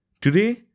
Today